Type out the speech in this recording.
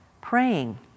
praying